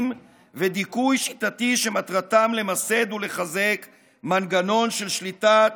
ודיכוי שיטתי שמטרתם למסד ולחזק מנגנון של שליטת